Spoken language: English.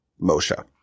Moshe